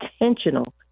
intentional